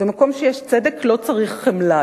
במקום שיש צדק לא צריך חמלה.